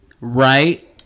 Right